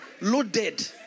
Loaded